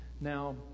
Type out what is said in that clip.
Now